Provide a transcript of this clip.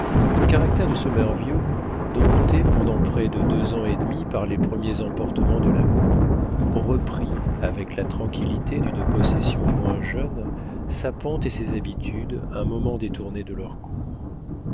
le caractère de sommervieux dompté pendant près de deux ans et demi par les premiers emportements de l'amour reprit avec la tranquillité d'une possession moins jeune sa pente et ses habitudes un moment détournées de leur cours